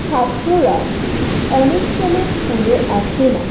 ছাত্ররা অনেক সময় স্কুলে আসে না